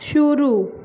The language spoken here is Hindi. शुरू